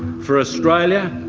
for australia,